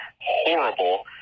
Horrible